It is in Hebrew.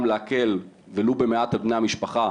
גם להקל ולו במעט על בני המשפחה,